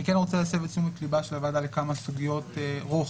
אני כן רוצה להסב את תשומת ליבה של הוועדה לכמה סוגיות רוחב,